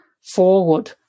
forward